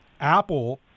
Apple